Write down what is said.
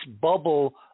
bubble